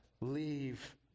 leave